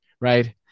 right